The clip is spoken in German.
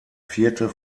vierte